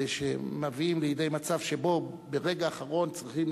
ושמביאים לידי מצב שבו ברגע האחרון צריכים